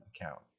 account